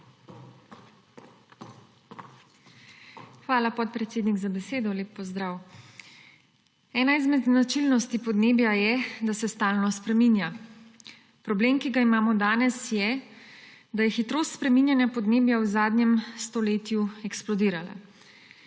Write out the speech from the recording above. Hvala, podpredsednik, za besedo. Lep pozdrav! Ena izmed značilnosti podnebja je, da se stalno spreminja. Problem, ki ga imamo danes, je, da je hitrost spreminjanja podnebja v zadnjem stoletju eksplodirala.